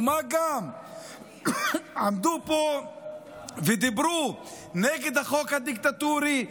ומה גם שעמדו פה ודיברו נגד החוק הדיקטטורי,